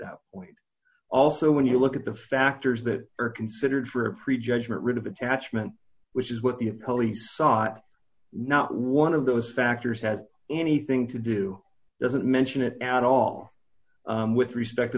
that point also when you look at the factors that are considered for a prejudgment rid of attachment which is what the police sought not one of those factors has anything to do doesn't mention it at all with respect to